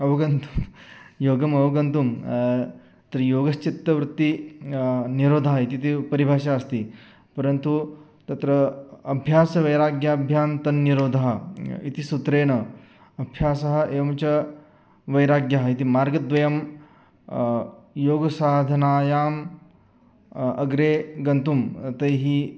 अवगन्तुं योगमवगन्तुम् तत्र योगश्चित्तवृत्ति निरोधः इति तु परिभाषा अस्ति परन्तु तत्र अभ्यासवैराग्याभ्यां तन्निरोधः इति सूत्रेण अभ्यासः एवं च वैराग्यः इति मार्गद्वयं योगसाधनायां अग्रे गन्तुं तैः